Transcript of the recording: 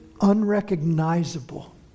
unrecognizable